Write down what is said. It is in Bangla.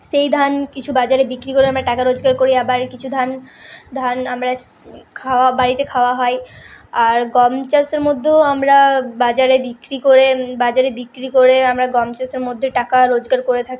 সেই ধান কিছু বাজারে বিক্রি করে আমরা টাকা রোজগার করি আবার কিছু ধান ধান আমরা খাওয়া বাড়িতে খাওয়া হয় আর গম চাষের মধ্যেও আমরা বাজারে বিক্রি করে বাজারে বিক্রি করে আমরা গম চাষের মধ্যে টাকা রোজগার করে থাকি